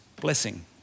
blessing